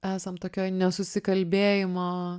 esam tokioj nesusikalbėjimo